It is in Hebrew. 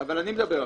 אבל אני מדבר עכשיו.